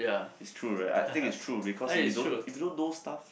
it's true right I think is true because if you don't if you don't know stuff